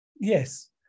yes